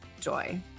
joy